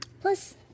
Plus